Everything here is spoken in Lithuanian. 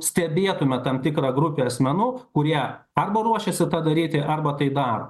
stebėtume tam tikrą grupę asmenų kurie arba ruošėsi tą daryti arba tai daro